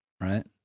right